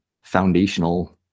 foundational